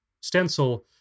stencil